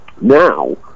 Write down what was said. Now